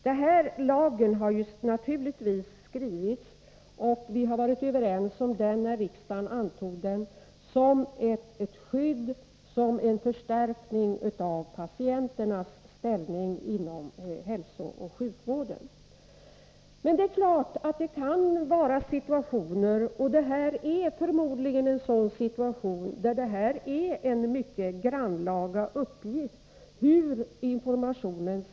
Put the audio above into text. Vi var eniga i det beslut som riksdagen fattade om denna lag, och den har naturligtvis skrivits för att skydda och förstärka patienternas ställning inom hälsooch sjukvården. Men att ge den här informationen kan naturligtvis i vissa situationer — och detta är förmodligen en sådan — vara en mycket grannlaga uppgift.